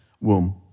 womb